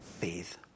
faith